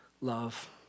love